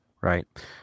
right